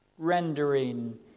rendering